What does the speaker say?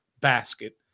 basket